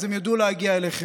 ואז הם ידעו איך להגיע אליך,